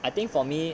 I think for me